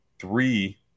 three